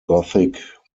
gothic